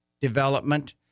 development